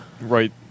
right